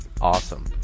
awesome